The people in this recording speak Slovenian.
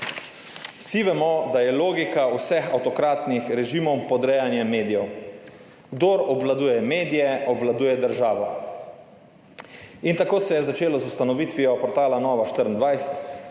Vsi vemo, da je logika vseh avtokratnih režimov podrejanje medijev. Kdor obvladuje medije, obvladuje državo. In tako se je začelo z ustanovitvijo portala Nova24.